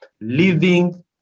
living